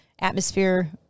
atmosphere